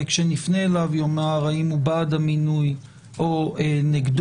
כשנפנה אליו, יאמר אם הוא בעד המינוי או נגדו.